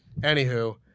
Anywho